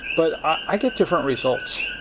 but i get different results.